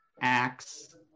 acts